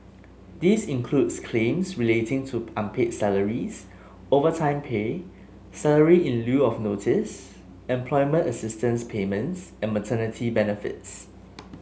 this includes claims relating to unpaid salaries overtime pay salary in lieu of notice employment assistance payments and maternity benefits